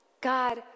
God